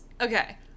okay